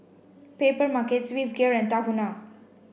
Papermarket Swissgear and Tahuna